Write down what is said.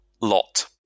lot